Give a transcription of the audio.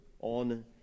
on